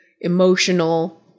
emotional